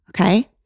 okay